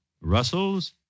Russell's